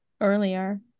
earlier